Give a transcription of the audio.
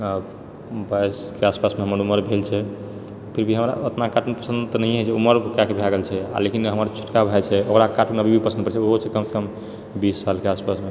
आ बाइसके आसपास हमर उमर भेल छैफिर भी हमरा ओतना कार्टून पसन्द तऽ नहिए छैउमर किएकि भए गेल छै आ लेकिन हमर छोटका भाइ छै ओकरा कार्टून अभी भी पसन्द पड़ै छै ओहो छै कमसँ कम बीस सालके आसपासमे